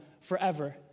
forever